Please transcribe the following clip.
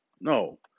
no